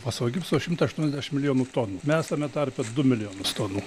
fosfo gipso šimtą aštuoniasdešimt milijonų tonų mes tame tarpe du milijonus tonų